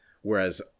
Whereas